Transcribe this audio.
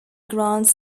grants